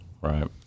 Right